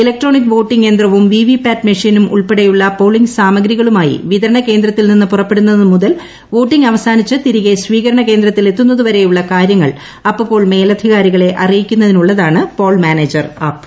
electronic voting യന്ത്രവും VVPAT മെ ഷീനും ഉൾപ്പെടെയുള്ള പോളിംഗ് സാമഗ്രികളുമായി വിതരണ കേന്ദ്രത്തിൽ നിന്ന് പുറപ്പെടുന്നതു മുതൽ വോട്ടിം ഗ് അവസാനിച്ച് തിരികെ സ്വീകരണ് കേന്ദ്രത്തിലെത്തുന്നതു വരെയുള്ള കാര്യങ്ങൾ അപ്പപ്പോൾ മേലധികാരികളെ അറിയിക്കുന്നതിനുള്ളതാണ് പോൾ മാനേജർ ആപ്പ്